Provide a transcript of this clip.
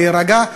להירגע,